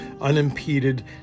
unimpeded